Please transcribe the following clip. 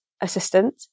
assistant